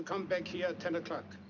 to come back here ten o'clock